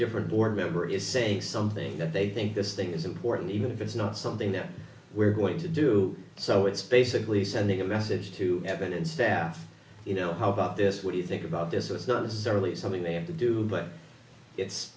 different board member is say something that they think this thing is important even if it's not something that we're going to do so it's basically sending a message to happen and staff you know how about this what do you think about this is not necessarily something they have to do but it's